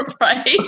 right